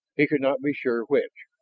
he could not be sure which.